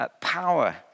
power